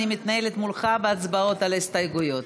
אני מתנהלת מולך בהצבעות על ההסתייגויות,